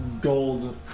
Gold